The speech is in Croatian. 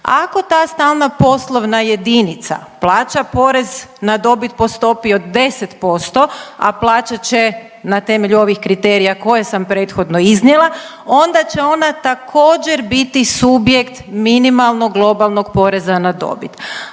ako ta stalna poslovna jedinica plaća porez na dobit po stopi od 10%, a plaćat će na temelju ovih kriterija koje sam prethodno iznijela, onda će ona također, biti subjekt minimalnog globalnog poreza na dobit.